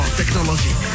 technology